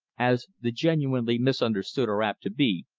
as the genuinely misunderstood are apt to be,